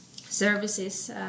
services